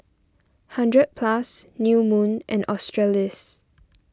hundred Plus New Moon and Australis